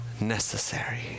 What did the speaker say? necessary